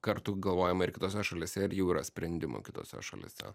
kartu galvojama ir kitose šalyse ir jau yra sprendimų kitose šalyse